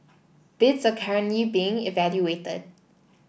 bids are currently being evaluated